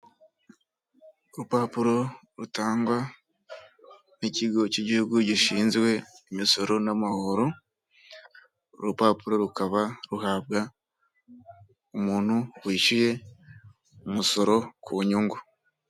Urupapuro rutangwa n'ikigo cy igihugu gishinzwe imisoro n'amahoro, uru rupapuro rukaba ruhabwa umuntu wishyuye umusoro ku nyungu.